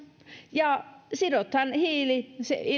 ja sidotaan se